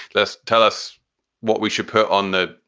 let's tell us what we should put on the,